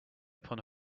upon